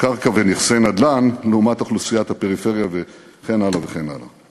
קרקע ונכסי נדל"ן לעומת אוכלוסיית הפריפריה וכן הלאה וכן הלאה.